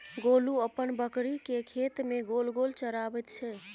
गोलू अपन बकरीकेँ खेत मे गोल गोल चराबैत छै